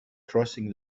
crossing